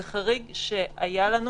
זה חריג שהיה לנו